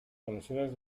conexiones